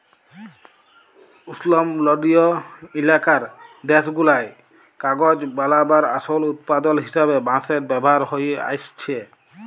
উস্লমলডলিয় ইলাকার দ্যাশগুলায় কাগজ বালাবার আসল উৎপাদল হিসাবে বাঁশের ব্যাভার হঁয়ে আইসছে